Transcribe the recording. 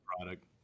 product